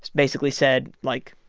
basically said, like,